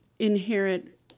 inherit